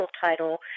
title